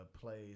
plays